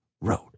road